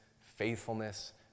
faithfulness